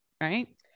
Right